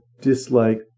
dislike